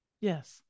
Yes